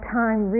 time